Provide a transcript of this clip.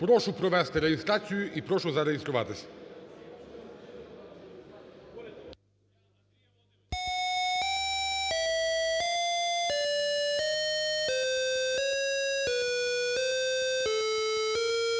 прошу провести реєстрацію і прошу зареєструватись.